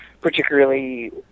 particularly